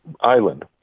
island